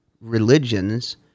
religions